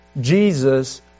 Jesus